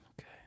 Okay